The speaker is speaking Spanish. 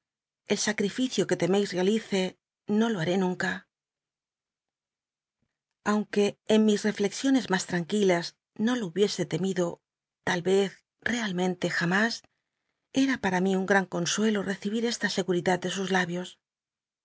el sacl'ificio que lemcis i'calice no lo haré nunca aunque en mis reflexiones mas tranr uilas no lo hubiese temido tal vez realmente jamas era para mi un gran consuelo recibi r esta seguridad de sus labios